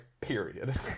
Period